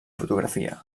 fotografia